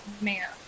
mayor